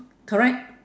correct